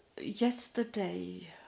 Yesterday